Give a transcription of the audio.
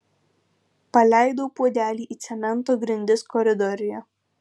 paleidau puodelį į cemento grindis koridoriuje